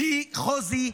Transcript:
בלי חוזי,